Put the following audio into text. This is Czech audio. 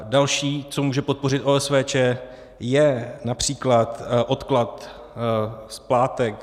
Další, co může podpořit OSVČ, je například odklad splátek.